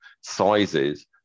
sizes